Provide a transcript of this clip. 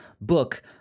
book